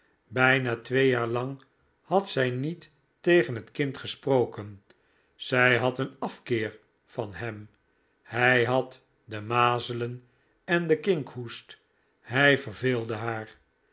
bijna twee jaar lang had zij niet tegen het kind gesproken zij had een afkeer van hem hij had de mazelen en den kinkhoest hij verveelde haar